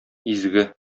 изге